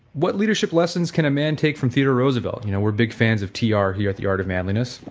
what leadership lessons can a man take from theodore roosevelt, you know, we're big fans of t r. here at the art of manliness